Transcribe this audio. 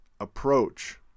approach